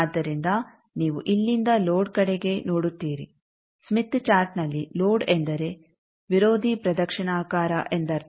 ಆದ್ದರಿಂದ ನೀವು ಇಲ್ಲಿಂದ ಲೋಡ್ ಕಡೆಗೆ ನೋಡುತ್ತೀರಿ ಸ್ಮಿತ್ ಚಾರ್ಟ್ನಲ್ಲಿ ಲೋಡ್ ಎಂದರೆ ವಿರೋಧಿ ಪ್ರದಕ್ಷಿಣಾಕಾರ ಎಂದರ್ಥ